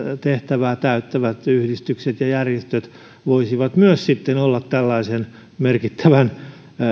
tehtävää täyttävät yhdistykset ja järjestöt voisivat myös sitten olla tällaisen merkittävän